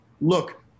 look